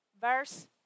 verse